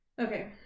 Okay